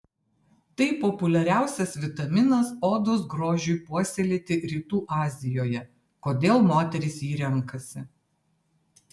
tai populiariausias vitaminas odos grožiui puoselėti rytų azijoje kodėl moterys jį renkasi